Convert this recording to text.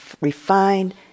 refined